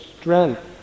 strength